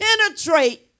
penetrate